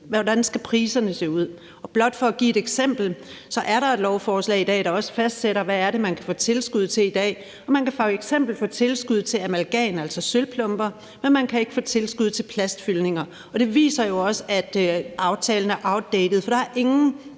hvordan priserne skal se ud. Blot for at give et eksempel er der også i dag en lov, der fastsætter, hvad det er, man kan få tilskud til i dag, og man kan f.eks. få tilskud til amalgamplomber, altså søvlplomber, men man kan ikke få tilskud til plastfyldninger, og det viser jo også, at aftalen er afdækket. For der er ingen,